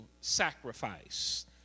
sacrifice